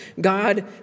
God